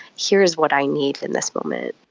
here's what i need in this moment.